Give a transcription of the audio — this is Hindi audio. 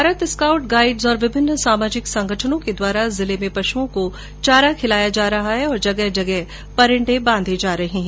भारत स्काउट गाइड्स और विभिन्न सामाजिक संगठनों के द्वारा जिले में पशुओं को चारा खिलाया जा रहा है और जगह जगह परिंडे बांधे जा रहे हैं